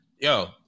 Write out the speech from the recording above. yo